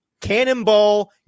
cannonball